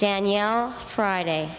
danielle friday